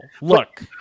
Look